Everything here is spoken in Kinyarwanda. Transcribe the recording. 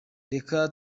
reka